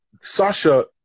Sasha